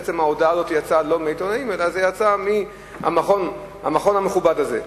בעצם ההודעה הזאת לא יצאה מהעיתונים אלא מהמכון המכובד הזה.